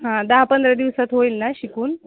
हां दहा पंधरा दिवसात होईल ना शिकून